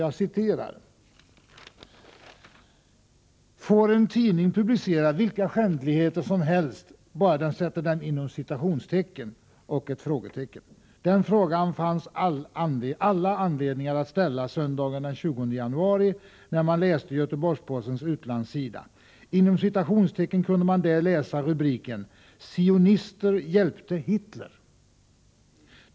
Jag citerar: ”Får en tidning publicera vilka skändligheter som helst, bara den sätter dem inom citationstecken? Den frågan fanns all anledning att ställa söndagen den 20 januari, när man läste Göteborgspostens utlandssida. Inom citationstecken kunde man där läsa rubriken ”Sionister hjälpte Hitler.